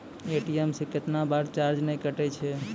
ATM से कैतना बार चार्ज नैय कटै छै?